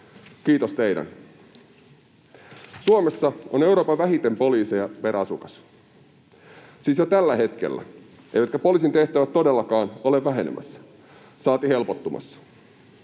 kiitos teidän. Suomessa on Euroopan vähiten poliiseja per asukas, siis jo tällä hetkellä, eivätkä poliisin tehtävät todellakaan ole vähenemässä saati helpottumassa.